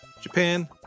Japan